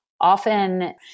often